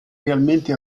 realmente